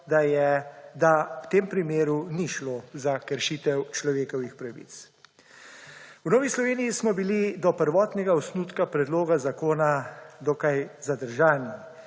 da v tem primeru ni šlo za kršitev človekovih pravic. V Novi Sloveniji smo bili do prvotnega osnutka predloga zakona dokaj zadržani.